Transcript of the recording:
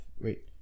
wait